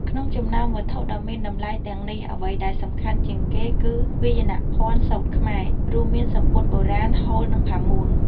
ក្នុងចំណោមវត្ថុដ៏មានតម្លៃទាំងនេះ អ្វីដែលសំខាន់ជាងគេគឺ វាយនភ័ណ្ឌសូត្រខ្មែរ រួមមានសំពត់បុរាណ ហូល និងផាមួង។